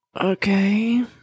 Okay